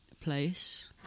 place